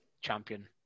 champion